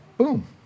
Boom